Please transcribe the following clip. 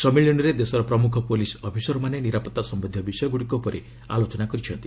ସମ୍ମିଳନୀରେ ଦେଶର ପ୍ରମୁଖ ପୁଲିସ୍ ଅଫିସରମାନେ ନିରାପତ୍ତା ସମ୍ଭନ୍ଧୀୟ ବିଷୟଗୁଡ଼ିକ ଉପରେ ଆଲୋଚନା କରିଛନ୍ତି